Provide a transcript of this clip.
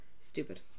stupid